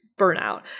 burnout